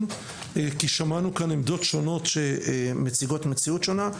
כי שמענו כאן עמדות שונות שמציגות מציאות שונה.